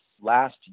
last